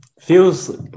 feels